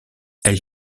elle